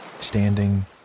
standing